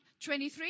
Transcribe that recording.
23